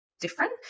different